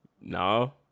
No